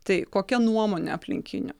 tai kokia nuomonė aplinkinių